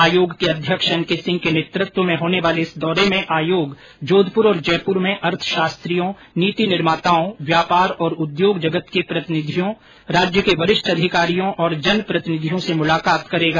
आयोग के अध्यक्ष एन के सिंह के नेतृत्व में होने वाले इस दौरे में आयोग जोधपुर और जयपुर में अर्थशास्त्रियों नीति निर्माताओं व्यापार और उद्योग जगत के प्रतिनिधियों राज्य के वरिष्ठ अधिकारियों और जनप्रतिनिधियों से मुलाकात करेगा